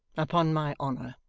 upon my honour.